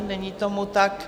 Není tomu tak.